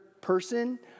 person